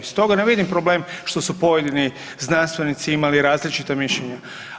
Stoga ne vidim problem što su pojedini znanstvenici imali različita mišljenja.